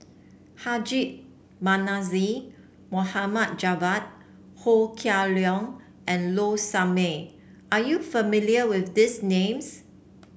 Haji Namazie Mohd Javad Ho Kah Leong and Low Sanmay are you familiar with these names